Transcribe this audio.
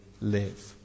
live